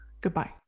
Goodbye